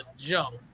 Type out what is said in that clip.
jump